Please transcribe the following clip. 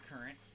current